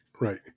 right